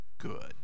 good